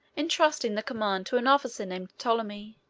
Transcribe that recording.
intrusting the command to an officer named ptolemy.